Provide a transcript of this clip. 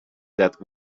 that